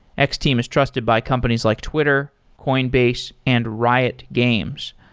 x-team is trusted by companies like twitter, coinbase and riot games.